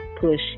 push